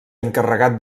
encarregat